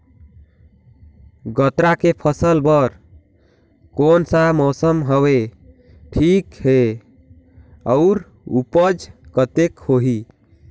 गन्ना के फसल बर कोन सा मौसम हवे ठीक हे अउर ऊपज कतेक होही?